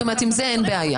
זאת אומרת, עם זה אין בעיה.